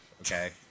okay